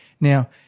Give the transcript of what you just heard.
Now